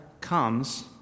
comes